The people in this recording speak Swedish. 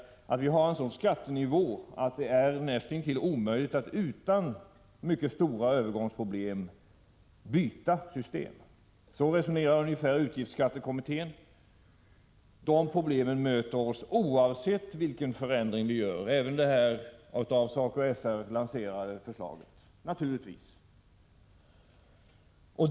Problemet är att vi har en sådan skattenivå att det är näst intill omöjligt att utan mycket stora övergångsproblem byta system. Ungefär så resonerar utgiftsskattekommittén. De problemen möter oss oavsett vilken förändring vi väljer, naturligtvis även det av SACO/SR lanserade förslaget.